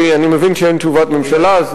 אני מבין שאין תשובת ממשלה.